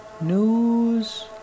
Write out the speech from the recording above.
News